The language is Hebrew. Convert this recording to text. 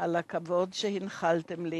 על הכבוד שהנחלתם לי